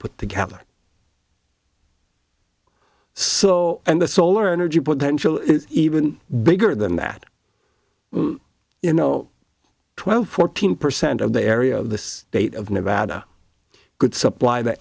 put together so and the solar energy potential is even bigger than that you know twelve fourteen percent of the area of this state of nevada could supply th